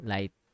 Light